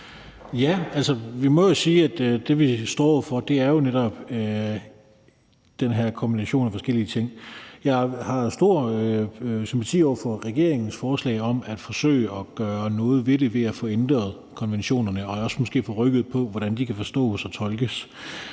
(LA): Vi må jo sige, at det, vi står over for, netop er den her kombination af forskellige ting. Jeg har stor sympati over for regeringens forslag om at forsøge at gøre noget ved det ved at få ændret konventionerne og måske også få rykket på, hvordan de kan forstås og tolkes.